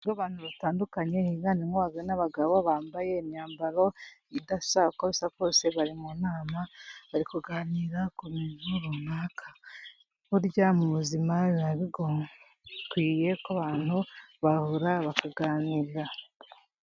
Abantu batandukanye higanjemo abagore n'abagabo bambaye imyambaro idasa uko bisa kose bari mu nama bari kuganira ku bintu runaka. Burya mu buzima biba bikwiye ko abantu bahura bakaganira.